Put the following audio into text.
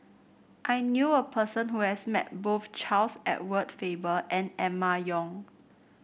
I knew a person who has met both Charles Edward Faber and Emma Yong